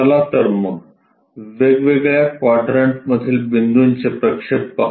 चला तर मग वेगवेगळ्या क्वाड्रंट मधील बिंदूंचे प्रक्षेप पाहू